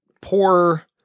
poor